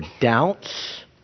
doubts